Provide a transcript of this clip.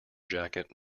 jacket